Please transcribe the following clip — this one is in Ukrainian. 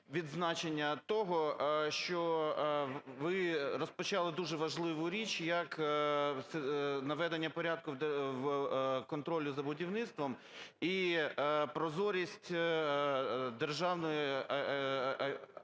відзначення того, що ви розпочали дуже важливу річ, як наведення порядку в контролі за будівництвом і прозорість Державної інспекції